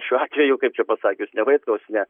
šiuo atveju kaip čia pasakius ne vaitkaus ne